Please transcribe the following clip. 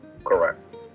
Correct